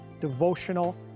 devotional